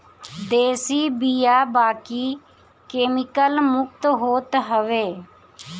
देशी बिया बाकी केमिकल मुक्त होत हवे